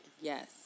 yes